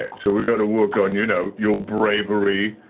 yeah so we gotta work on you know your bravery,